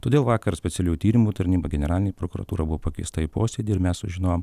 todėl vakar specialiųjų tyrimų tarnyba generalinė prokuratūra buvo pakviesta į posėdį ir mes sužinojom